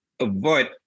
avoid